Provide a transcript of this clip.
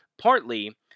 Partly